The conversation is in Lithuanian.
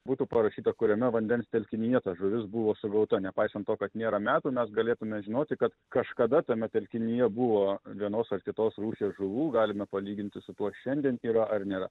būtų parašyta kuriame vandens telkinyje ta žuvis buvo sugauta nepaisant to kad nėra metų mes galėtume žinoti kad kažkada tame telkinyje buvo vienos ar kitos rūšies žuvų galime palyginti su tuo šiandien yra ar nėra